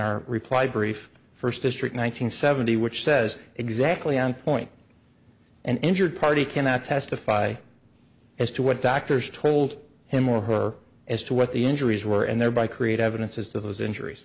our reply brief first district nine hundred seventy which says exactly on point and injured party cannot testify as to what doctors told him or her as to what the injuries were and thereby create evidence as to those injuries